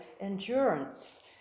endurance